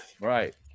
Right